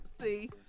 See